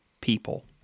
people